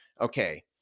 Okay